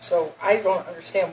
so i don't understand